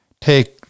take